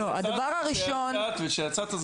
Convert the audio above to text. כשיצאת,